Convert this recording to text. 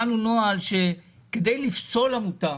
הנוהל אמר שכדי לפסול עמותה